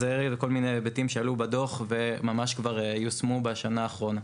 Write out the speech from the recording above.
אז אלה כל מיני היבטים שעלו בדוח וממש כבר יושמו בשנה האחרונה,